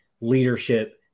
leadership